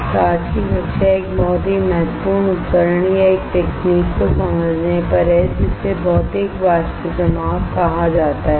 तो आज की कक्षा एक बहुत ही महत्वपूर्ण उपकरण या एक तकनीक को समझने पर है जिसे भौतिक वाष्प जमाव कहा जाता है